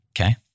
Okay